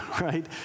right